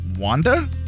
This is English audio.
Wanda